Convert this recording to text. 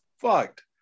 fucked